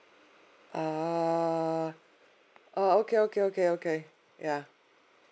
err uh okay okay okay okay ya